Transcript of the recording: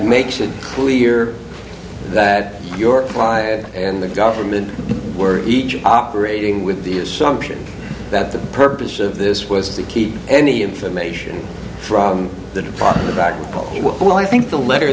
makes it clear that your client and the government were each operating with the assumption that the purpose of this was to keep any information from the department about it well i think the letter